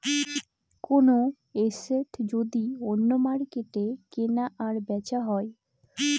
কোনো এসেট যদি অন্য মার্কেটে কেনা আর বেচা হয়